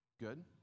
Good